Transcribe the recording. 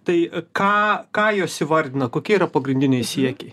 tai ką ką jos įvardina kokie yra pagrindiniai siekiai